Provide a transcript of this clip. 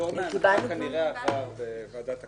פטור מנחה כנראה עבר בוועדת הכנסת.